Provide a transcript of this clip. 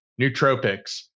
nootropics